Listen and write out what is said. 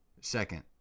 Second